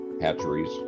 hatcheries